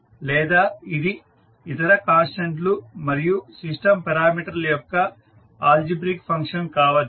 లేదా ఇది ఇతర కాన్స్టెంట్ లు మరియు సిస్టం పారామీటర్ ల యొక్క ఆల్జిబ్రిక్ ఫంక్షన్ కావచ్చు